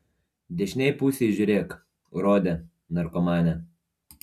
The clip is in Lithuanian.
dešinėj pusėj žiūrėk urode narkomane